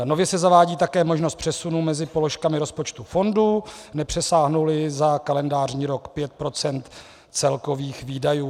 Nově se zavádí také možnost přesunu mezi položkami rozpočtu fondu, nepřesáhnouli za kalendářní rok pět procent celkových výdajů.